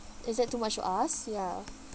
is that too much to ask ya